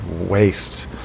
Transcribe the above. waste